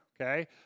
okay